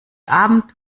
abend